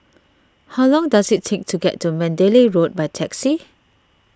how long does it take to get to Mandalay Road by taxi